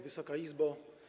Wysoka Izbo!